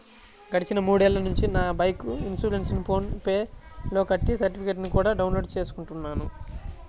గడిచిన మూడేళ్ళ నుంచి నా బైకు ఇన్సురెన్సుని ఫోన్ పే లో కట్టి సర్టిఫికెట్టుని కూడా డౌన్ లోడు చేసుకుంటున్నాను